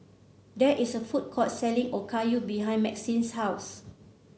there is a food court selling Okayu behind Maxine's house